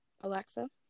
Alexa